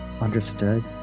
understood